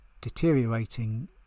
deteriorating